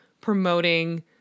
promoting